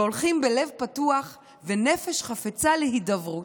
והולכים בלב פתוח ובנפש חפצה להידברות.